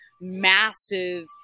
massive